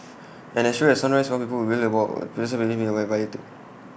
and as sure as A sunrise some people will wail about personal freedoms being violated